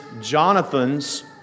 Jonathan's